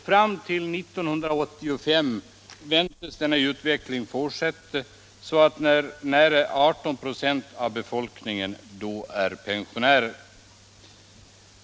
Fram till år 1985 väntas denna utveckling fortsätta, så att nära 18 96 av befolkningen då är pensionärer.